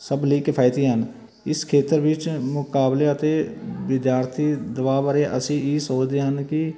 ਸਭ ਲਈ ਕਿਫਾਇਤੀ ਹਨ ਇਸ ਖੇਤਰ ਵਿੱਚ ਮੁਕਾਬਲੇ ਅਤੇ ਵਿਦਿਆਰਥੀ ਦਵਾ ਬਾਰੇ ਅਸੀਂ ਇਹ ਸੋਚਦੇ ਹਨ ਕਿ